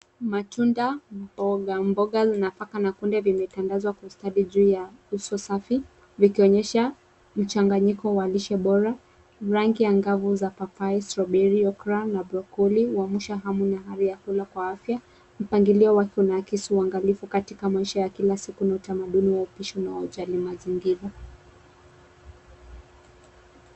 Matunda, mboga mboga za nafaka na kunde zimetandazwa kwa ustadi juu ya uso safi vikionyesha mchanganyiko wa lishe bora. Rangi angavu za papai, strawberry, okra na brocolli huamsha hali ya kula kwa afya. Mpangilio wake unaakisi uangalifu katika maisha ya kila siku na utamaduni wa upishi unaojali mazingira.